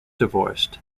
divorced